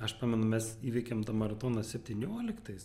aš pamenu mes įveikėm tą maratoną septynioliktais